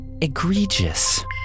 egregious